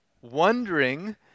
Wondering